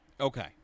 okay